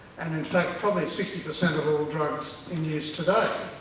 and in fact probably sixty percent of all drugs in use today,